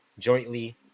jointly